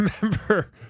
remember